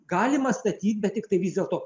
galima statyt bet tiktai vis dėlto